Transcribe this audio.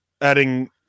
adding